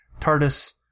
TARDIS